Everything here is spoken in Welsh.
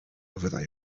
fyddai